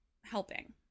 helping